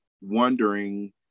wondering